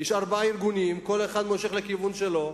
יש ארבעה ארגונים שכל אחד מושך לכיוון שלו.